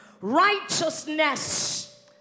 Righteousness